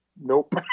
nope